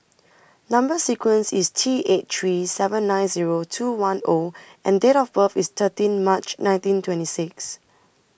Number sequence IS T eight three seven nine Zero two one O and Date of birth IS thirteen March nineteen twenty six